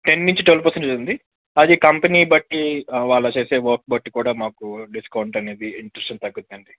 ten నుంచి twelve percentage ఉంది అది కంపెనీ బట్టి వాళ్ళ చేసే వర్క్ బట్టి కూడా మాకు డిస్కౌంట్ అనేది ఇంట్రెస్ట్ అనేది తగ్గుతుందండి